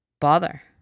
bother